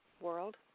world